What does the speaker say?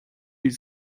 use